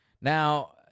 Now